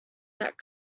that